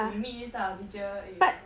when you meet this type of teacher you know